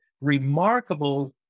remarkable